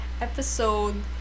episode